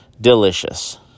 delicious